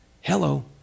Hello